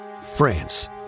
France